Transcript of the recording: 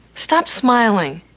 stop smiling.